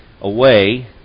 away